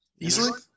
Easily